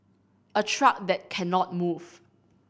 a truck that cannot move